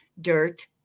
Dirt